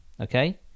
Okay